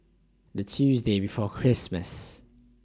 The Tuesday before Christmas